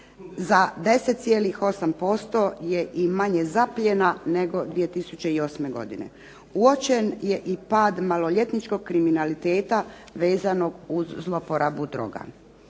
Za 10,8% je i manje zapljena nego 2008. godine. Uočen je i pad maloljetničkog kriminaliteta vezanog uz zloporabu droga.